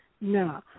No